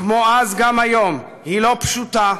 כמו אז גם היום היא לא פשוטה,